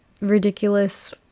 ridiculous